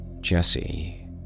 Jesse